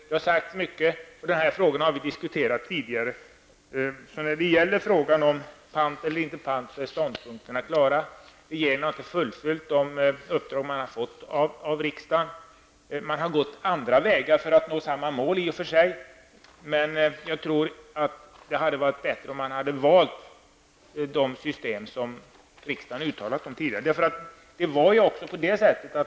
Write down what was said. Det har sagts mycket, och vi har diskuterat dessa frågor tidigare. När det gäller pant eller inte pant är ståndpunkterna klara. Regeringen har inte fullföljt de uppdrag man har fått av riksdagen. Man har gått andra vägar för att nå samma mål i och för sig. Men jag tror att det hade varit bättre om man hade valt det system som riksdagen uttalade sig om tidigare.